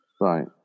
Right